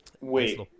wait